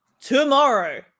tomorrow